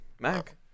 Mac